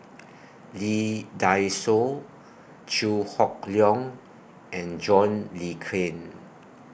Lee Dai Soh Chew Hock Leong and John Le Cain